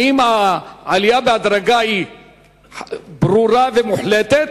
האם העלייה בהדרגה היא ברורה ומוחלטת,